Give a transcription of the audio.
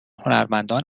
هنرمندان